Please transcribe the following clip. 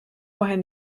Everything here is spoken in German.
vorhin